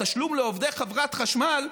התשלום לעובדי חברת חשמל,